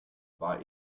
war